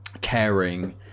caring